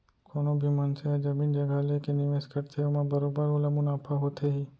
कोनो भी मनसे ह जमीन जघा लेके निवेस करथे ओमा बरोबर ओला मुनाफा होथे ही